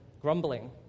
grumbling